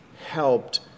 helped